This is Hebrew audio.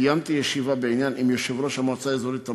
קיימתי ישיבה בעניין עם יושב-ראש המועצה האזורית תמר,